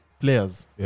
Players